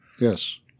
Yes